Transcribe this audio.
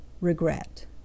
Regret